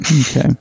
Okay